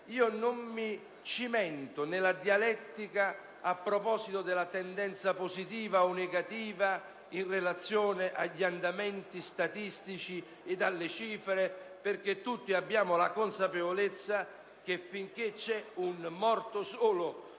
non mi cimenterò nella dialettica a proposito della tendenza positiva o negativa in relazione agli andamenti statistici ed alle cifre, perché tutti abbiamo la consapevolezza che finché ci sarà anche un solo